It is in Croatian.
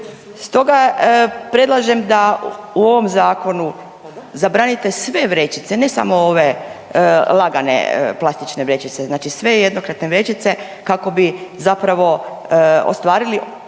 Stoga predlažem da u ovom zakonu zabranite sve vrećice, ne samo ove lagane plastične vrećice, znači sve jednokratne vrećice kako bi zapravo ostvarili,